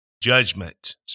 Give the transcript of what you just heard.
judgment